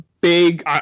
big